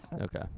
Okay